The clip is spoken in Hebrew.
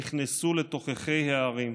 נכנסו לתוככי הערים.